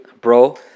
bro